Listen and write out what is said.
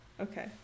Okay